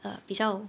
uh 比较